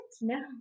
No